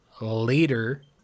later